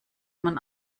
man